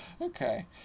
Okay